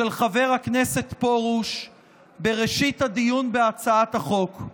חבר הכנסת פרוש בראשית הדיון בהצעת החוק.